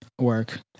work